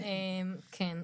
כן,